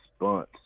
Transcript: response